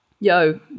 yo